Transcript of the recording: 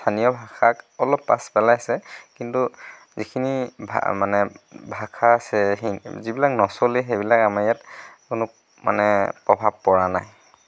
স্থানীয় ভাষাক অলপ পাছ পেলাইছে কিন্তু যিখিনি ভা মানে ভাষা আছে যিবিলাক নচলে সেইবিলাক আমাৰ ইয়াত কোনো মানে প্ৰভাৱ পৰা নাই